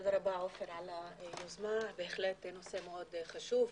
תודה רבה, עופר, על היוזמה, בהחלט נושא מאוד חשוב.